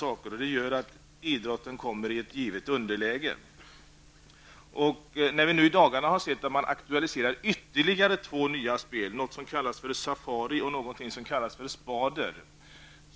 Detta gör att idrotten kommer i ett givet underläge. Vi har i dagarna sett att man aktualiserar ytterligare två nya spel, kallade Safari och Spader.